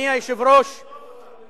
תזרוק אותם.